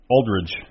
Aldridge